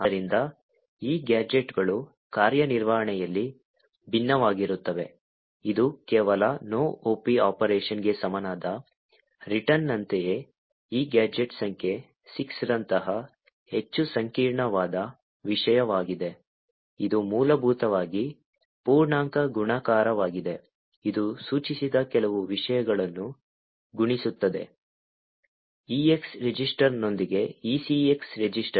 ಆದ್ದರಿಂದ ಈ ಗ್ಯಾಜೆಟ್ಗಳು ಕಾರ್ಯನಿರ್ವಹಣೆಯಲ್ಲಿ ಭಿನ್ನವಾಗಿರುತ್ತವೆ ಇದು ಕೇವಲ no op ಆಪರೇಶನ್ಗೆ ಸಮನಾದ ರಿಟರ್ನ್ನಂತೆಯೇ ಈ ಗ್ಯಾಜೆಟ್ ಸಂಖ್ಯೆ 6 ರಂತಹ ಹೆಚ್ಚು ಸಂಕೀರ್ಣವಾದ ವಿಷಯವಾಗಿದೆ ಇದು ಮೂಲಭೂತವಾಗಿ ಪೂರ್ಣಾಂಕ ಗುಣಾಕಾರವಾಗಿದೆ ಇದು ಸೂಚಿಸಿದ ಕೆಲವು ವಿಷಯಗಳನ್ನು ಗುಣಿಸುತ್ತದೆ EX ರಿಜಿಸ್ಟರ್ನೊಂದಿಗೆ ECX ರಿಜಿಸ್ಟರ್